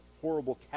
horrible